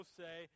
say